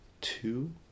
two